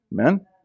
Amen